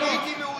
אני הייתי מעודן.